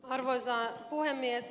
arvoisa puhemies